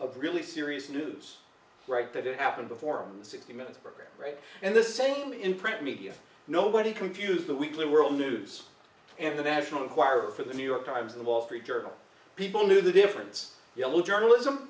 of really serious news right that it happened before the sixty minutes program right and the same in print media nobody compute the weekly world news and the national enquirer the new york times the wall street journal people knew the difference yellow journalism